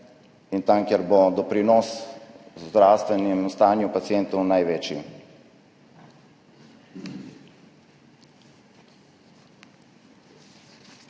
in kjer bo doprinos k zdravstvenemu stanju pacientov največji.